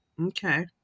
Okay